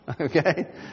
Okay